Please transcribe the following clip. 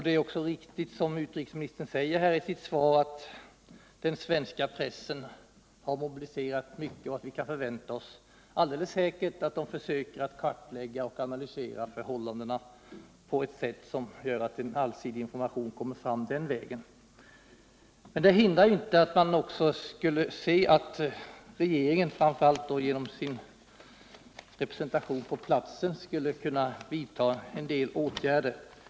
Det är också riktigt som utrikesministern säger i sitt svar att den svenska pressen har mobiliserat mycket personal och att denna alldeles säkert försöker kartlägga och analysera förhållandena på ett sätt som gör att en allsidig information kommer fram den vägen. Men det hindrar inte att man gärna skulle se att också regeringen, framför allt genom sin representation på platsen, vidtog en del åtgärder.